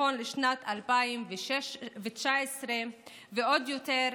שנכון לשנת 2019. ועוד יותר,